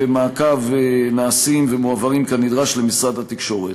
ומעקב נעשים ומועברים כנדרש למשרד התקשורת.